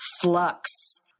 Flux